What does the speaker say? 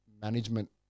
management